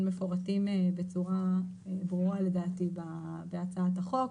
מפורטות בצורה מאוד ברורה לדעתי בהצעת החוק.